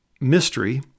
mystery